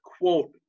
quote